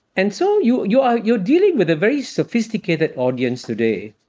and so you you are you're dealing with a very sophisticated audience today.